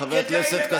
חברות וחברי הכנסת,